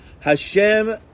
Hashem